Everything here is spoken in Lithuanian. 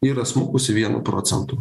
yra smukusi vienu procentu